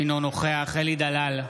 אינו נוכח אלי דלל,